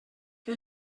què